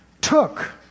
took